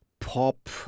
pop